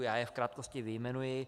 Já je v krátkosti vyjmenuji.